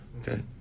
Okay